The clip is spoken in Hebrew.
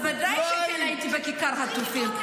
בוודאי שכן הייתי בכיכר החטופים.